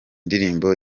ndirimbo